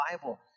Bible